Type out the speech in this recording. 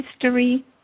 history